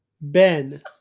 Ben